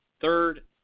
Third